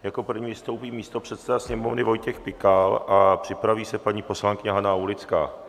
Jako první vystoupí místopředseda Sněmovny Vojtěch Pikal a připraví se paní poslankyně Hana Aulická.